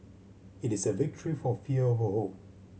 it is a victory for fear over hope